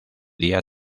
día